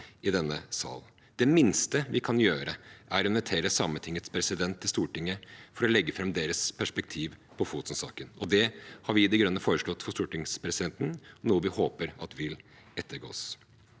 Det minste vi kan gjøre, er å invitere Sametingets president til Stortinget for å legge fram deres perspektiv på Fosen-saken. Det har vi i De Grønne foreslått for stortingspresidenten, noe vi håper vil etterkommes.